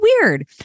weird